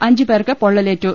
അഞ്ച് പേർക്ക് പൊള്ളലേ റ്റു